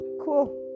cool